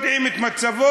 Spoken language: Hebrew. יודעים את מצבו,